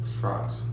Frogs